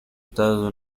estados